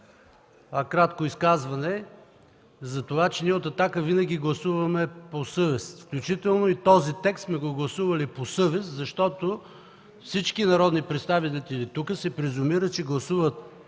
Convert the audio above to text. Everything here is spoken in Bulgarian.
а кратко изказване за това, че ние от „Атака” винаги гласуваме по съвест, включително и този текст сме гласували по съвест. Всички народни представители тук се презюмира, че гласуват